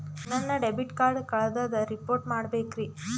ನನ್ನ debit card ಕಳ್ದದ report ಮಾಡಬೇಕ್ರಿ